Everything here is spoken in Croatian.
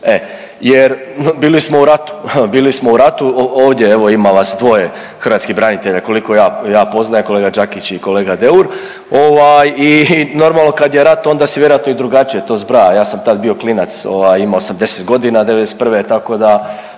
bili smo u ratu, ovdje evo ima vas dvoje hrvatskih branitelja koliko ja poznajem kolega Đakić i kolega Deur i normalno kad je rat onda se i vjerojatno to drugačije zbraja. Ja sam tad bio klinac ovaj imao sam 10 godina '91. tako da